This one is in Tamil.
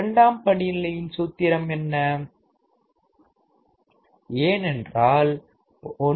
இரண்டாம் படிநிலையின் சூத்திரம் என்ன ஏனென்றால் 9